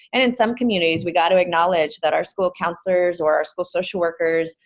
and in some communities, we got to acknowledge that our school counselors or our school social workers,